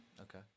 okay